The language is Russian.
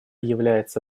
является